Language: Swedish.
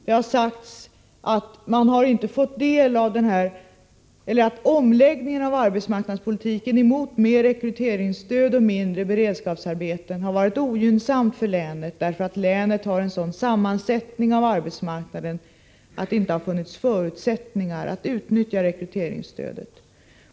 Det har sagts att omläggningen av arbetsmarknadspolitiken mot mer rekryteringsstöd och mindre beredskapsarbete har varit ogynnsam för länet, därför att länet har en sådan sammansättning av arbetsmarknaden att det inte funnits förutsättningar att utnyttja rekryteringsstödet.